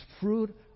fruit